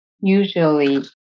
usually